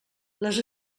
les